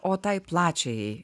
o tai plačiajai